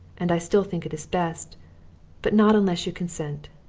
and i still think it is best but not unless you consent.